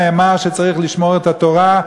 נאמר שצריך לשמור את התורה,